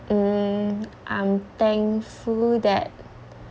mm I'm thankful that